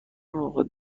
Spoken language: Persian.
موقع